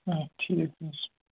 آ ٹھیٖک حظ چھُ